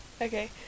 Okay